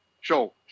show